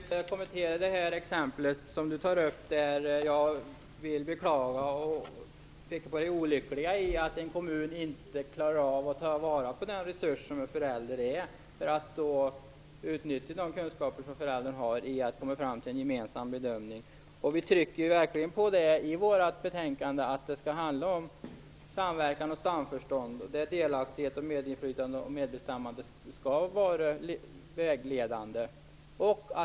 Herr talman! Jag vill kommentera det exempel som Ingrid Näslund tar upp. Jag beklagar det olyckliga i att en kommun inte klarar av att ta vara på den resurs som en förälder utgör. Man borde utnyttja de kunskaper som en förälder har när det gäller att komma fram till en gemensam bedömning. Vi betonar verkligen i betänkandet att det skall handla om samverkan och samförstånd. Delaktighet, medbestämmande och medinflytande skall vara vägledande.